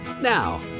Now